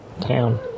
town